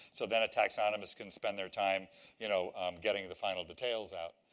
so then a taxonomist can spend their time you know getting the final details out.